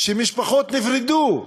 שמשפחות נפרדו.